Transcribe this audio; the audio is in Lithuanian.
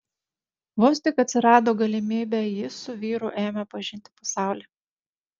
vos tik atsirado galimybė ji su vyru ėmė pažinti pasaulį